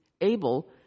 able